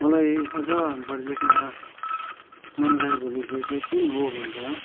मलाई अझ बढी लेख्न मनलागेको विषय चाहिँ कुन हो भन्दा